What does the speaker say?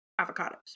avocados